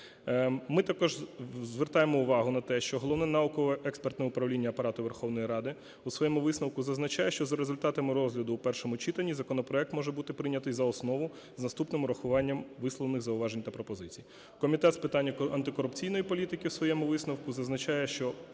Ми також звертаємо увагу на те, що Головне науково-експертне управління Апарату Верховної Ради у своєму висновку зазначає, що за результатами розгляду в першому читанні законопроект може бути прийнятий за основу, з наступним врахуванням висловлених зауважень та пропозицій. Комітет з питань антикорупційної політики в своєму висновку зазначає, що